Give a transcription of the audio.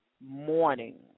morning